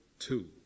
Two